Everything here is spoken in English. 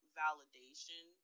validation